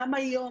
גם היום,